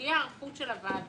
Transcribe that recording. שתהיה היערכות של הוועדה.